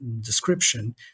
description